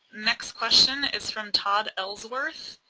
next question is from todd ellsworth.